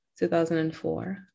2004